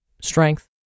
strength